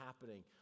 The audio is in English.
happening